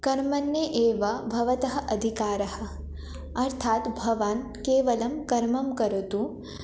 कर्मण्ये एव भवतः अधिकारः अर्थात् भवान् केवलं कर्मं करोतु